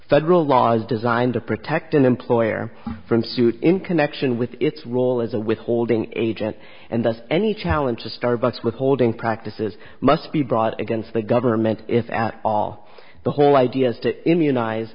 federal laws designed to protect an employer from suit in connection with its role as a withholding agent and thus any challenge to starbucks withholding practices must be brought against the government if at all the whole idea is to immunize